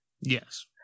Yes